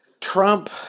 Trump